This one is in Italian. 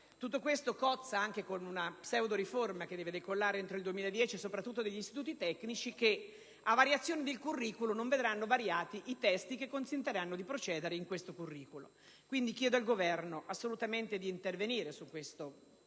Tutto questo cozza anche con una pseudoriforma che deve decollare entro il 2010, soprattutto degli istituti tecnici, che a variazione del *curriculum* non vedranno variati i testi che consentiranno di procedere nel *curriculum* stesso. Chiedo quindi al Governo di intervenire assolutamente